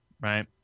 right